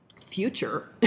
future